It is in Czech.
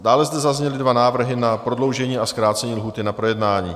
Dále zde zazněly dva návrhy na prodloužení a zkrácení lhůty na projednání.